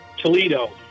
Toledo